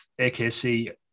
AKC